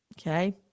okay